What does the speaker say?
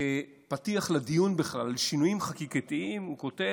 כפתיח לדיון בכלל: שינויים חקיקתיים, הוא כותב,